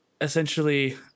essentially